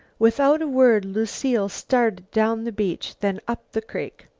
without a word lucile started down the beach, then up the creek.